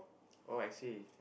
oh I see